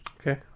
Okay